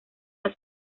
los